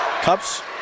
Cups